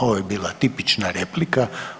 Ovo je bila tipična replika.